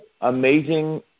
amazing